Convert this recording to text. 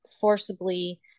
forcibly